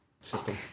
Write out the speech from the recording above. system